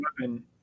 weapon